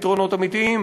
פתרונות אמיתיים,